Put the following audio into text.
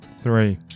three